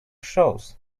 shoes